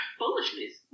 foolishness